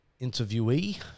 interviewee